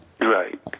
Right